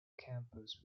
campus